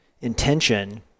intention